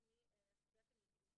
את זה אתם יודעים,